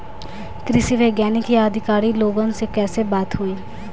कृषि वैज्ञानिक या अधिकारी लोगन से कैसे बात होई?